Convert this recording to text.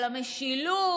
על המשילות,